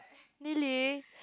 really